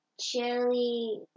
Chili